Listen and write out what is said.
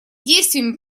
действиями